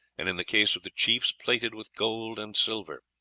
and in the cases of the chiefs plated with gold and silver.